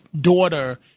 daughter